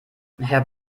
herr